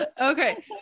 Okay